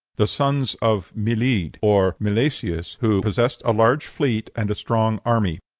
the sons of milidh, or milesius, who possessed a large fleet and a strong army.